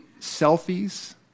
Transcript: selfies